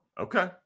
okay